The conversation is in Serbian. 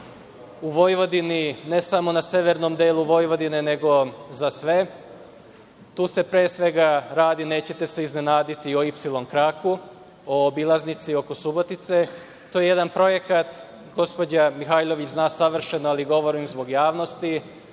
u Vojvodini, ne samo na severnom delu Vojvodine, nego za sve. Tu se pre svega radi, nećete se iznenaditi, o „ipsilon-kraku“, o obilaznici oko Subotice. To je jedan projekat, gospođa Mihajlović zna savršeno, ali govorim zbog javnosti,